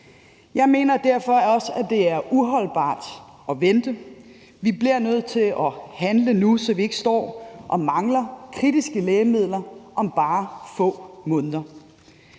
Jeg mener derfor også, at det er uholdbart at vente. Vi bliver nødt til at handle nu, så vi ikke står og mangler kritiske lægemidler om bare få måneder.